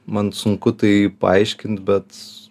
man sunku tai paaiškint bet